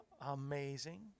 Amazing